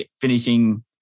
finishing